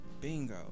Bingo